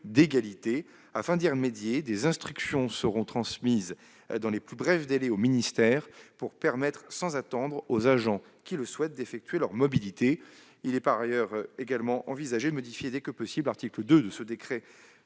d'égalité. Afin d'y remédier, des instructions seront transmises dans les plus brefs délais aux ministères pour permettre sans attendre aux agents qui le souhaitent d'effectuer leur mobilité. Il est par ailleurs également envisagé de modifier dès que possible, l'article 2 du décret